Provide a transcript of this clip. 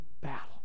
battle